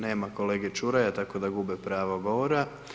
Nema kolege Čuraja, tako da gube pravo govora.